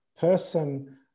person